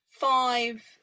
five